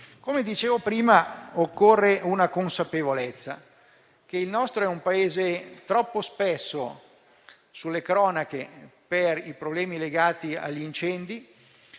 Come ho già detto occorre la consapevolezza che il nostro Paese è troppo spesso sulle cronache per problemi legati agli incendi,